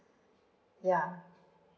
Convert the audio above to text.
ya